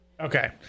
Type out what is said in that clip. okay